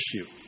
issue